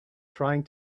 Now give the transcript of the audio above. trying